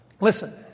listen